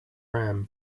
ram